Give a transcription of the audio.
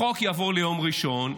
החוק יעבור ליום ראשון.